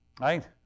Right